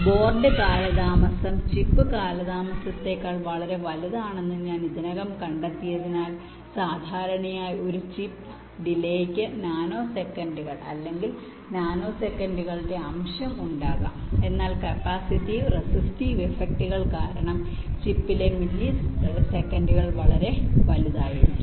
board delay chip കാലതാമസത്തേക്കാൾ വളരെ വലുതാണെന്ന് ഞാൻ ഇതിനകം കണ്ടതിനാൽ സാധാരണയായി ഒരു ചിപ്പ് ഡിലെക്ക് നാനോ സെക്കന്റുകൾ അല്ലെങ്കിൽ നാനോ സെക്കന്റുകളുടെ അംശം ഉണ്ടാകാം എന്നാൽ കപ്പാസിറ്റീവ് റെസിസ്റ്റീവ് ഇഫക്റ്റുകൾ കാരണം ചിപ്സിലെ മില്ലീസെക്കൻഡുകൾ വരെ വലുതായിരിക്കും